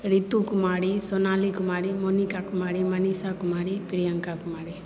Ritu Kumari Sonali Kumari Monika Kumari Manisha Kumari Priyanka Kumari